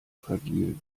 fragil